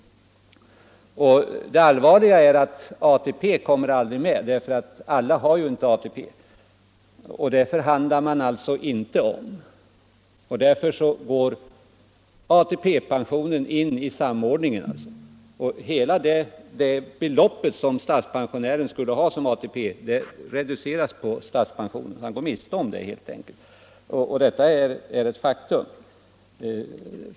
Det allvarliga är att ATP aldrig kommer med. Alla har ju inte ATP, och den förhandlar man alltså inte om. ATP går in i samordningen, och hela det belopp som statspensionären skulle ha från ATP dras av från statspensionen. Detta är ett faktum.